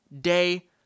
day